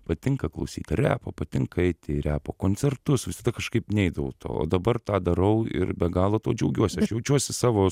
patinka klausyt repo patinka eit į repo koncertus visada kažkaip neidavau to o dabar tą darau ir be galo tuo džiaugiuosi aš jaučiuosi savo